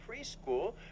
preschool